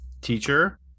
teacher